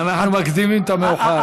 אנחנו מקדימים את המאוחר.